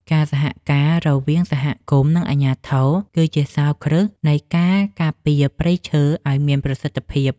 ការសហការរវាងសហគមន៍ និងអាជ្ញាធរ គឺជាសោរគ្រឹះនៃការការពារព្រៃឈើឱ្យមានប្រសិទ្ធភាព។